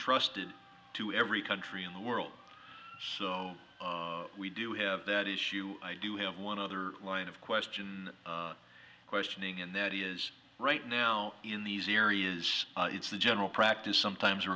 trusted to every country in the world so we do have that is i do have one other line of question questioning and that is right now in these areas is the general practice sometimes a